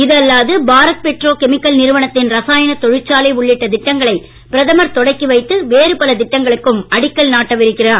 இது அல்லாது Bharat petrochemical நிறுவனத்தின் ரசாயனத் தொழிற்சாலை உள்ளிட்ட திட்டங்களை பிரதமர் தொடக்கி வைத்து வேறு பல திட்டங்களுக்கும் அடிக்கல் நாட்ட இருக்கிறார்